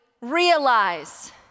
Realize